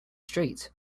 street